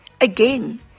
Again